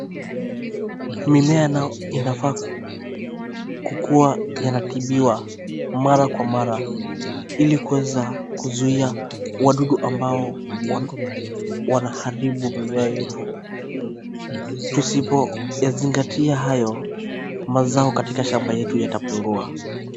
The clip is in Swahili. Mimea inafaa kukuwa yanatibiwa mara kwa mara ili kuweza kuzuia wadudu ambao wanaharibu mimea yetu. Tusipoyazingatia hayo mazao katika shamba yetu yatapungua.